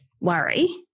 worry